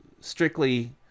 strictly